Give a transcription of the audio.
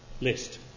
list